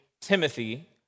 Timothy